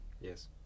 Yes